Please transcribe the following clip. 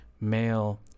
male